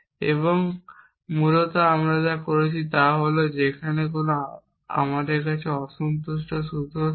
এবং মূলত আমরা যা বলছি তা হল যে যদি আমাদের কাছে অসন্তুষ্ট সূত্র থাকে